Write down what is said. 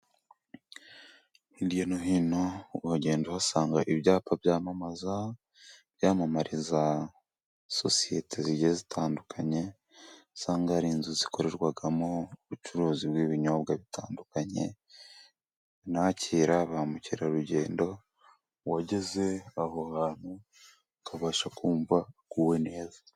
Hirya no hino, uhagenda uhasanga ibyapa byamamaza， byamamariza sosiyete zigiye zitandukanye，aho usanga hari inzu zikorerwamo ubucuruzi bw'ibinyobwa bitandukanye， n’abakira ba mukerarugendo，uwageze aho hantu，akabasha kumva aguwe neza.